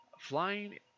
flying